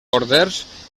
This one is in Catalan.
corders